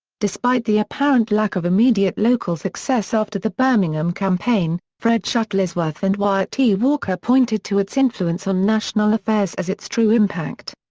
despite the apparent lack of immediate local success after the birmingham campaign, fred shuttlesworth and wyatt tee walker pointed to its influence on national affairs as its true impact.